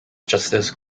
justice